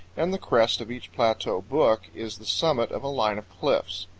and the crest of each plateau book is the summit of a line of cliffs.